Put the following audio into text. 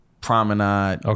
Promenade